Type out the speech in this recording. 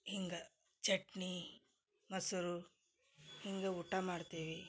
ಹಿಂಗ ಚಟ್ನೀ ಮೊಸರು ಹಿಂಗ ಊಟ ಮಾಡ್ತೇವಿ